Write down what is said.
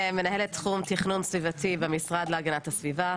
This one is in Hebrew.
תכנון סביבתי במשרד להגנת הסביבה.